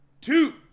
Two